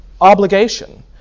obligation